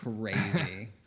crazy